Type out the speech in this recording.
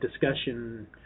discussion